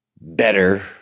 better